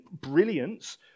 brilliance